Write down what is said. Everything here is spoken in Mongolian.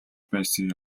байсан